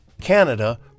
Canada